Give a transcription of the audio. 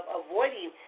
avoiding